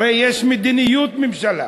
הרי יש מדיניות הממשלה.